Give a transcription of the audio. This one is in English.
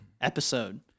episode